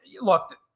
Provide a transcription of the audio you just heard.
look